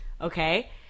okay